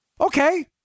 Okay